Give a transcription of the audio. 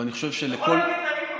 ואני חושב שלכל, אתה יכול להגיד: טעינו.